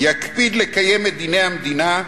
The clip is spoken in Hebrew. יקפיד לקיים את דיני המדינה,